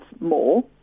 more